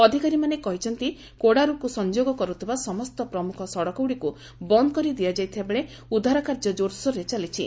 ଅଧିକାରୀମାନେ କହିଛନ୍ତି କୋଡାରୁକୁ ସଂଯୋଗ କରୁଥିବା ସମସ୍ତ ପ୍ରମୁଖ ସଡ଼କଗୁଡ଼ିକୁ ବନ୍ଦ କରି ଦିଆଯାଇଥିବା ବେଳେ ଉଦ୍ଧାର କାର୍ଯ୍ୟ ଜୋରସୋରରେ ଚାଲିଛି